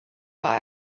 war